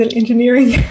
engineering